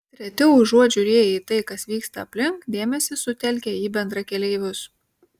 treti užuot žiūrėję į tai kas vyksta aplink dėmesį sutelkia į bendrakeleivius